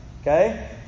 Okay